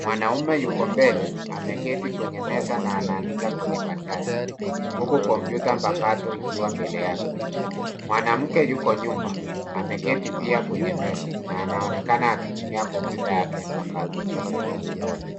Mwanaume yuko mbele ameketi kwenye meza na anaandika kwenye karatasi huku kompyuta mpakato ikiwa mbele yake. Mwanamke yuko nyuma ameketi pia kwenye meza na anaonekana akitumia kompyuta yake mpakato.